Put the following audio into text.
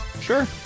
Sure